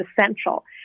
essential